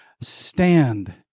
stand